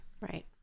right